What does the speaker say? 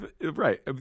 right